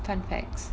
fun facts